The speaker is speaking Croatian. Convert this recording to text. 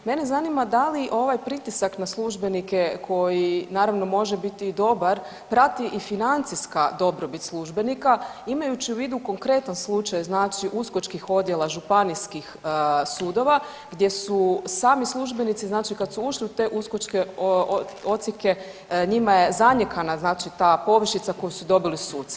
Mene zanima da li ovaj pritisak na službenike koji, naravno, može biti i dobar, prati i financijska dobrobit službenika, imajući u vidu konkretan slučaj, znači uskočkih odjela županijskih sudova gdje su sami službenici, znači kad su ušli u te uskočke odsjeke, njima je zanijekana znači ta povišica koju su dobili suci.